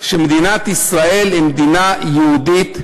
שמדינת ישראל היא מדינה יהודית ודמוקרטית.